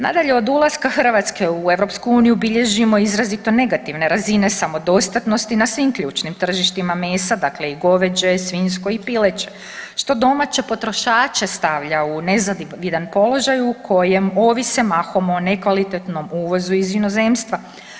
Nadalje od ulaska Hrvatske u EU bilježimo izrazito negativne razine samodostatnosti na svim ključnim tržištima mesa, dakle i goveđe, svinjsko i pileće što domaće potrošače stavlja u nezavidan položaj u kojem ovise mahom o nekvalitetnom uvozu iz inozemstva.